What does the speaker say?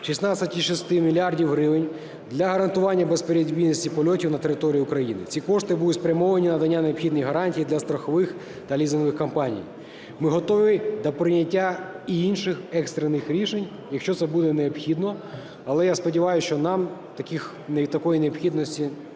16,6 мільярда гривень для гарантування безперебійності польотів на території України. Ці кошти будуть спрямовані на надання необхідних гарантій для страхових та лізингових компаній. Ми готові до прийняття і інших екстрених рішень, якщо це буде необхідно, але я сподіваюся, що нам такої необхідності